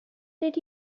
did